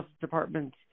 Department